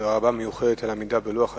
תודה רבה מיוחדת על עמידה בלוח הזמנים.